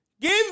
Give